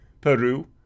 Peru